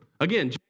Again